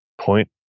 point